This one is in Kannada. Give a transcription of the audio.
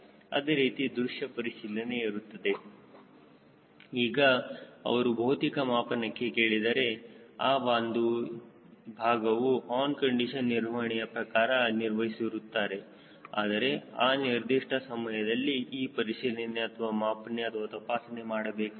ಅದೇ ರೀತಿ ದೃಶ್ಯ ಪರಿಶೀಲನೆ ಇರುತ್ತದೆ ಈಗ ಅವರು ಭೌತಿಕ ಮಾಪನಕ್ಕೆ ಕೇಳಿದರೆ ಆ ಒಂದು ಭಾಗವು ಆನ್ ಕಂಡೀಶನ್ ನಿರ್ವಹಣೆಯ ಪ್ರಕಾರ ನಿರ್ವಹಿಸಿರುತ್ತಾರೆ ಆದರೆ ಅನಿರ್ದಿಷ್ಟ ಸಮಯದಲ್ಲಿ ಆ ಪರಿಶೀಲನೆ ಅಥವಾ ಮಾಪನೆ ಅಥವಾ ತಪಾಸಣೆ ಮಾಡಬೇಕಾಗುತ್ತದೆ